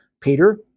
Peter